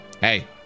hey